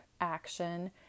action